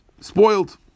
spoiled